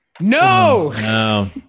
No